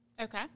Okay